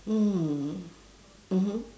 mm mmhmm